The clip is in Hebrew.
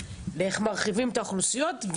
ואיך מרחיבים את האוכלוסיות.